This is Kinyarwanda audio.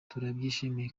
turabyishimiye